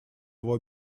его